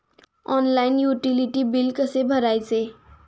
Online utility बिले कसे भरायचे?